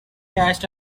cash